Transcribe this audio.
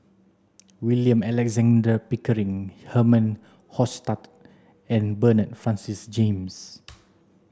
William Alexander Pickering Herman Hochstadt and Bernard Francis James